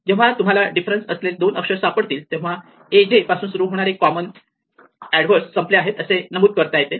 जेव्हा तुम्हाला डिफरन्स असलेले दोन अक्षरे सापडतील तेव्हा a j पासून सुरू होणारे कॉमन्स अॅडव्हर्स संपले आहेत असे नमूद करता येते